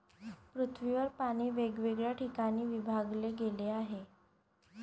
पृथ्वीवर पाणी वेगवेगळ्या ठिकाणी विभागले गेले आहे